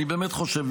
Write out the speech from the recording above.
אני באמת חושב,